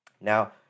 Now